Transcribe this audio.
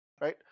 right